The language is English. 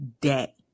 day